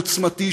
עוצמתי,